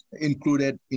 included